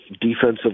defensive